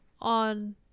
on